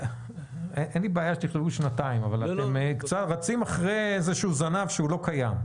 אין לי בעיה שתכתבו שנתיים אבל אתם רצים אחרי איזשהו זנב שהוא לא קיים.